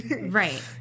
right